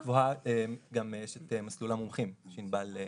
ובמיומנות גבוהה גם יש את מסלול המומחים שענבל הזכירה.